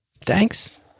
Thanks